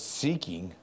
seeking